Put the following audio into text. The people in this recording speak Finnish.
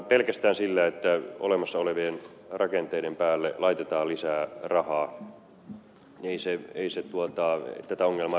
pelkästään sillä että olemassa olevien rakenteiden päälle laitetaan lisää rahaa ei tätä ongelmaa ratkaista